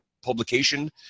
publication